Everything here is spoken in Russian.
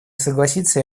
согласиться